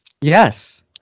Yes